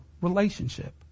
relationship